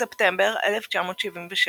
בספטמבר 1976,